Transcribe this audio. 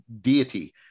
deity